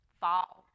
fall